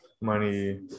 money